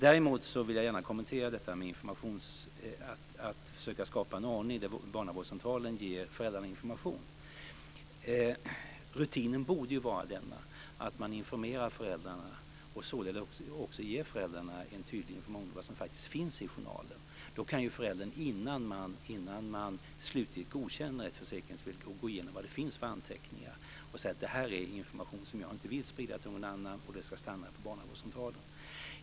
Däremot vill jag gärna kommentera detta med att försöka skapa en ordning där barnavårdscentralen ger föräldrarna information. Rutinen borde vara att man ger föräldrarna en tydlig information om vad som står i journalen. Då kan ju föräldrarna, innan de godkänner ett slutligt försäkringsvillkor, gå igenom de anteckningar som finns i journalen och säga: Det här är en information som vi inte vill sprida till någon annan. Den ska stanna på barnavårdscentralen.